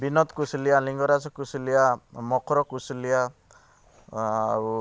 ବିନୋଦ କୁଶଲ୍ୟା ଲିଙ୍ଗରାଜ କୁଶଲ୍ୟା ମକର କୁଶଲ୍ୟା ଆଉ